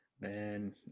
Man